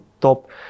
Top